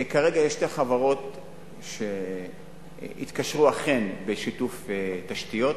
כרגע יש שתי חברות שאכן התקשרו בשיתוף תשתיות,